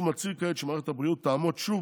מי שמצהיר כעת שמערכת הבריאות תעמוד שוב